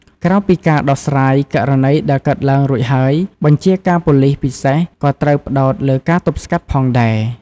ក្រៅពីការដោះស្រាយករណីដែលកើតឡើងរួចហើយ បញ្ជាការប៉ូលិសពិសេសក៏ត្រូវផ្តោតលើការទប់ស្កាត់ផងដែរ។